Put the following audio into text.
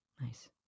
nice